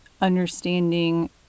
understanding